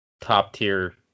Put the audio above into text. top-tier